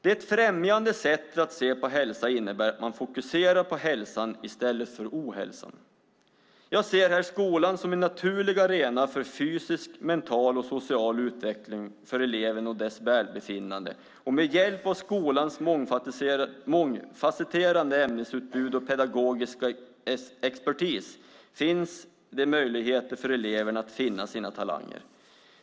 Det främjande sättet att se på hälsa innebär att man fokuserar på hälsan i stället för på ohälsan. Jag ser här skolan som en naturlig arena för fysisk, mental och social utveckling för eleven och dess välbefinnande. Med hjälp av skolans mångfasetterade ämnesutbud och pedagogiska expertis finns det möjligheter för eleverna att finna sina talanger.